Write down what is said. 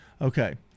Okay